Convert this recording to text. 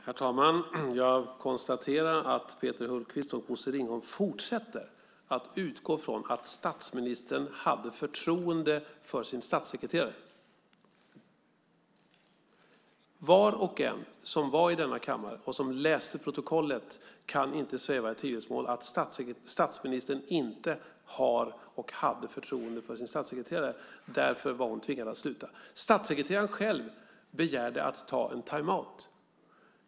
Herr talman! Jag konstaterar att Peter Hultqvist och Bosse Ringholm fortsätter att utgå ifrån att statsministern hade förtroende för sin statssekreterare. Var och en som var i denna kammare och som läste protokollet kan inte sväva i tvivelsmål om att statsministern inte har, och inte hade, förtroende för sin statssekreterare. Därför var hon tvingad att sluta. Statssekreteraren själv begärde att få ta en timeout.